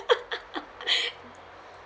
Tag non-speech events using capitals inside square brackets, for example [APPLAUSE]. [LAUGHS]